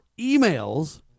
emails